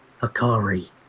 Akari